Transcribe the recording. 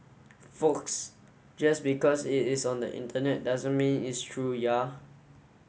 folks just because it is on the Internet doesn't mean it's true ya